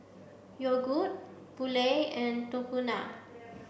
Yogood Poulet and Tahuna